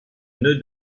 nœud